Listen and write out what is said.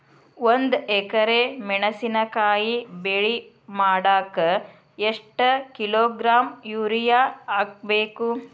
ಒಂದ್ ಎಕರೆ ಮೆಣಸಿನಕಾಯಿ ಬೆಳಿ ಮಾಡಾಕ ಎಷ್ಟ ಕಿಲೋಗ್ರಾಂ ಯೂರಿಯಾ ಹಾಕ್ಬೇಕು?